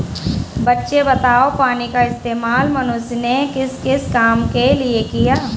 बच्चे बताओ पानी का इस्तेमाल मनुष्य ने किस किस काम के लिए किया?